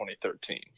2013